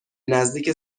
نزدیک